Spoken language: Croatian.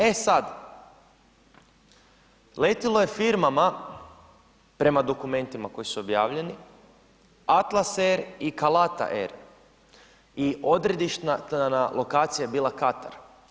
E sad letjelo je firmama, prema dokumentima koji su objavljeni Atlas Air i Kalitta Air i odredišna lokacija je bila Katar.